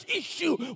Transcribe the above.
issue